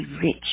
rich